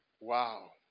Wow